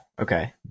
okay